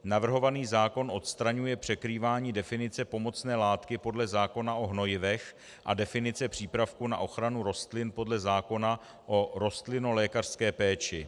Navrhovaný zákon odstraňuje překrývání definice pomocné látky podle zákona o hnojivech a definice přípravku na ochranu rostlin podle zákona o rostlinolékařské péči.